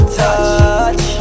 touch